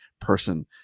person